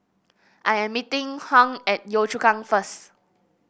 I am meeting Hung at Yio Chu Kang first